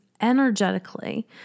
energetically